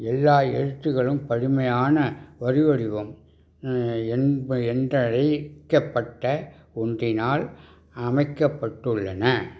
எல்லா எழுத்துகளும் பழமையான வரிவடிவம் என்ப என்றழைக்கப்பட்ட ஒன்றினால் அமைக்கப்பட்டுள்ளன